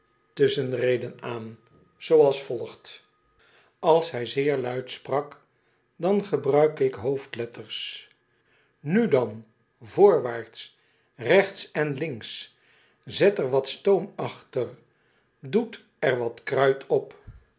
tusschenreden aan zooals volgt als hij zeer luid sprak dan gebruik ik hoofdletters now den hoy one right and lef t put a steam on gib urn powder nu dan voorwaarts rechts en links zet er wat stoom achter doet er wat kruit op